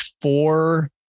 four